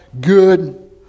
good